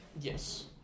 Yes